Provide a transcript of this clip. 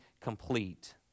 complete